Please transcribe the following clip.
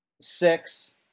six